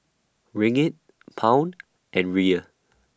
Ringgit Pound and Riel